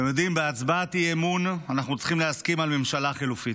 בהצבעת אי-אמון אנחנו צריכים להסכים על ממשלה חלופית,